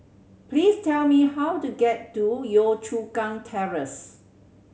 please tell me how to get to Yio Chu Kang Terrace